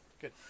Good